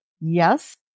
Yes